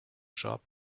shop